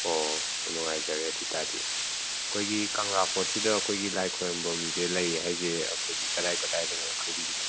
ꯑꯣ ꯌꯥꯝ ꯅꯨꯡꯉꯥꯏꯖꯔꯦ ꯑꯗꯨ ꯑꯣꯏꯇꯥꯔꯗꯤ ꯑꯩꯈꯣꯏꯒꯤ ꯀꯪꯂꯥ ꯐꯣꯔ꯭ꯠꯁꯤꯗ ꯑꯩꯈꯣꯏꯒꯤ ꯂꯥꯏ ꯈꯨꯔꯝꯚꯝꯁꯦ ꯂꯩꯌꯦ ꯍꯥꯏꯁꯦ ꯑꯩꯈꯣꯏꯒꯤ ꯀꯗꯥꯏ ꯀꯗꯥꯏꯗꯅꯣ ꯈꯪꯕꯤꯔꯤꯕ